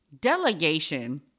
Delegation